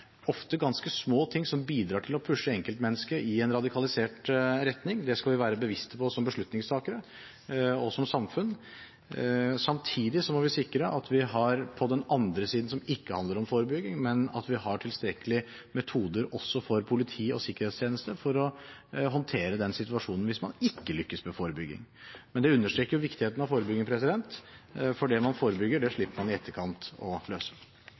ganske små ting som bidrar til å pushe enkeltmennesket i en radikalisert retning. Det skal vi være bevisste på som beslutningstakere og som samfunn. Samtidig må vi sikre at vi på den andre siden har det som ikke handler om forebygging, at vi har tilstrekkelige metoder også for politiet og sikkerhetstjenesten for å håndtere situasjonen hvis man ikke lykkes med forebygging. Men det understreker jo viktigheten av forebygging, for det man forebygger, slipper man i etterkant å løse.